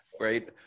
Right